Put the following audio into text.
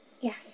Yes